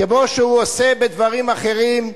כמו שהוא עושה בדברים אחרים,